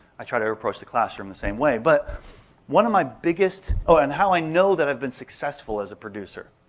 i try to approach the classroom the same way. but one of my biggest-and ah and how i know how i've been successful as a producer,